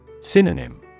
Synonym